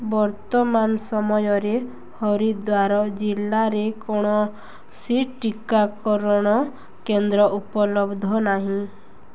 ବର୍ତ୍ତମାନ ସମୟରେ ହରିଦ୍ଵାର ଜିଲ୍ଲାରେ କୌଣସି ଟିକାକରଣ କେନ୍ଦ୍ର ଉପଲବ୍ଧ ନାହିଁ